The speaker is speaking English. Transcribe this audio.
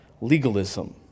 legalism